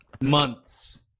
Months